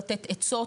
לתת עצות,